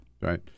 Right